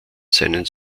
seinen